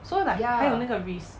so like 还有那个 risk